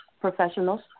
professionals